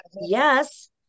Yes